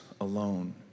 alone